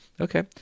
Okay